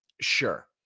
Sure